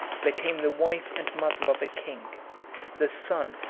became the wife and mother of a king the son,